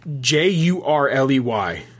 J-U-R-L-E-Y